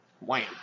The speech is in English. Wham